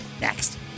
next